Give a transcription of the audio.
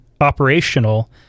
operational